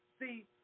See